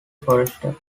forested